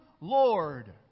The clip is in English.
lord